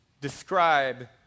describe